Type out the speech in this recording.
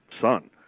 son